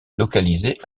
localisé